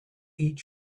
eat